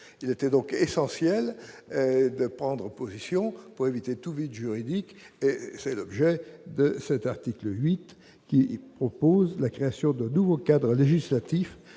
Il est donc essentiel de prendre position pour éviter tout vide juridique. C'est l'objet de cet article 8, qui vise à créer un nouveau cadre législatif